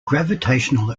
gravitational